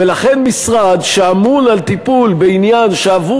ולכן משרד שאמון על טיפול בעניין שעבור